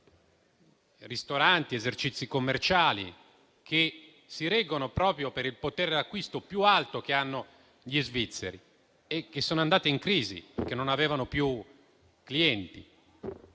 ristoranti ed esercizi commerciali, che si reggono proprio per il potere d'acquisto più alto degli svizzeri e che sono andati in crisi, in mancanza di clienti.